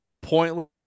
pointless